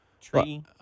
Tree